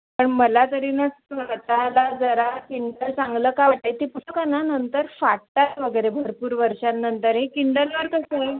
पण मला तरी न स्वतःला जरा किंडल चांगलं का वाटत आहे ती पुस्तकं ना नंतर फाटतात वगैरे भरपूर वर्षांनंतर हे किंडलवर कसं